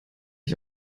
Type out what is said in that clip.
ich